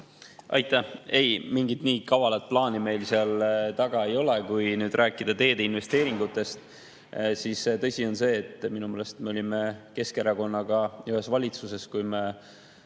Aitäh! Ei, mingit nii kavalat plaani meil seal taga ei ole. Kui rääkida teedesse tehtavatest investeeringutest, siis tõsi on see, et minu meelest me olime Keskerakonnaga ühes valitsuses, kui me